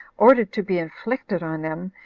ordered to be inflicted on them,